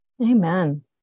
Amen